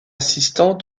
assistant